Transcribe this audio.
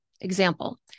Example